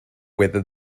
whether